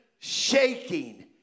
shaking